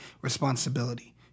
responsibility